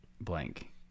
Blank